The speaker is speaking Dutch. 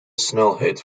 snelheid